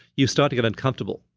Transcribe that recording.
you start to get uncomfortable,